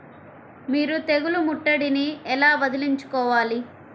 మీరు తెగులు ముట్టడిని ఎలా వదిలించుకోవాలి?